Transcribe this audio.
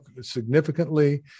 significantly